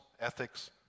ethics